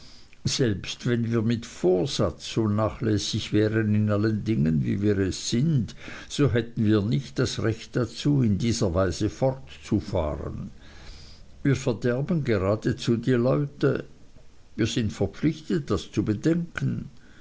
selbst wenn wir mit vorsatz so nachlässig wären in allen dingen wie wir es sind so hätten wir nicht das recht dazu in dieser weise fortzufahren wir verderben geradezu die leute wir sind verpflichtet das zu bedenken